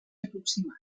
aproximat